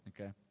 Okay